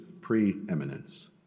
preeminence